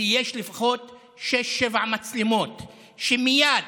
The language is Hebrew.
כי יש לפחות שש-שבע מצלמות שמייד